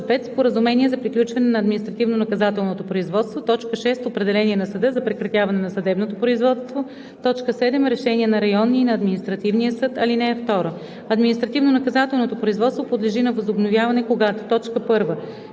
споразумения за приключване на административнонаказателното производство; 6. определения на съда за прекратяване на съдебното производство; 7. решения на районния и на административния съд. (2) Административнонаказателното производство подлежи на възобновяване, когато: